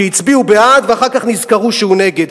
שהצביעו בעד ואחר כך נזכרו שהם נגד.